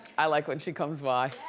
i like when she comes by.